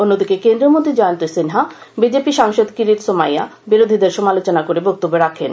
অন্যদিকে কেন্দ্রীয় মন্ত্রী জয়ন্ত সিনহা বিজেপি সাংসদ কিরিট সোমাইয়া বিরোধীদের সমালোচনা করে বক্তব্য রাখেন